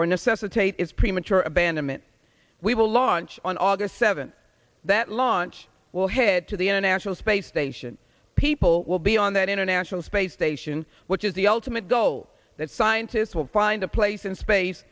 or necessitate it's premature abandonment we will launch on august seventh that launch will head to the international space station people will be on that international space station which is the ultimate goal that scientists will find a place in space